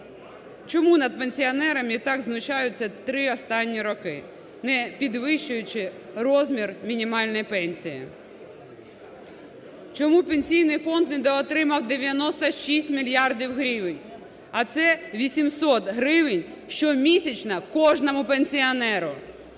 Чому над пенсіонерами так знущаються три останні роки, не підвищуючи розмір мінімальної пенсії? Чому Пенсійний фонд недоотримав 96 мільярдів гривень? А це 800 гривень щомісячно кожному пенсіонеру.